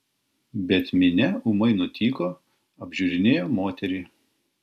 bet minia ūmai nutyko apžiūrinėjo moterį